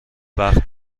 وقت